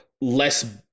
less